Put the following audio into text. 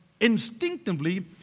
instinctively